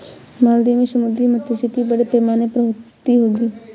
मालदीव में समुद्री मात्स्यिकी बड़े पैमाने पर होती होगी